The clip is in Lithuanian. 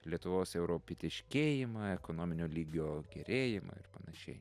lietuvos europietiškėjimą ekonominio lygio gerėjimą ir panašiai